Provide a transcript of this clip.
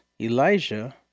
Elijah